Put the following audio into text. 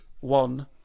one